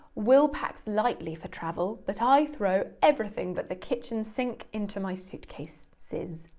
will packs lightly for travel, but i throw everything but the kitchen sink into my suitcase ses,